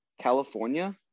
California